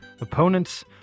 Opponents